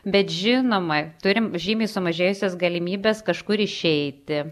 bet žinoma turim žymiai sumažėjusias galimybes kažkur išeiti